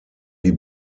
wie